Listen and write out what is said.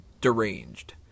deranged